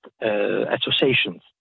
associations